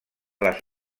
les